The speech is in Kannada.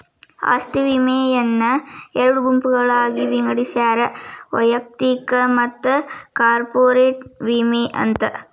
ಆಸ್ತಿ ವಿಮೆಯನ್ನ ಎರಡು ಗುಂಪುಗಳಾಗಿ ವಿಂಗಡಿಸ್ಯಾರ ವೈಯಕ್ತಿಕ ಮತ್ತ ಕಾರ್ಪೊರೇಟ್ ವಿಮೆ ಅಂತ